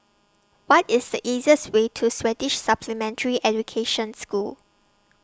What IS The easiest Way to Swedish Supplementary Education School